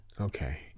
Okay